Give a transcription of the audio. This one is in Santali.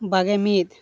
ᱵᱟᱜᱮ ᱢᱤᱫ